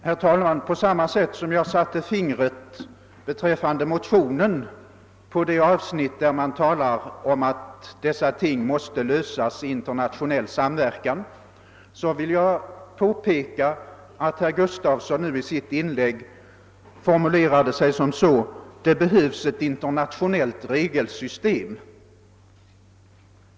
Herr talman! På samma sätt som jag när det gällde motionen satte fingret på det avsnitt där det talas om att dessa problem måste lösas i internationell samverkan formulerade herr Gustafson i Göteborg nu i sitt inlägg detta så, att det behövs ett internationellt regelsystem.